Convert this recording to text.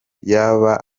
yaba